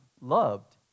loved